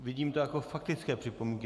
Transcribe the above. Vidím to jako faktické připomínky.